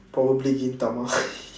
probably gintama